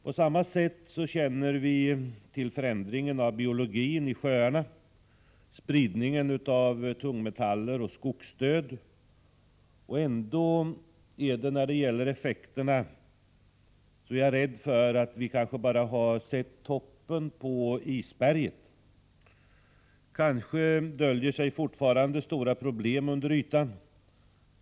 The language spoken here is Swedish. På samma sätt känner vi till förändringen av biologin i sjöarna, spridningen av tungmetaller och skogsdöden. Ändå är jag rädd för att vi, när det gäller effekterna, kanske bara har sett toppen av isberget. Kanske döljer sig fortfarande stora problem under ytan.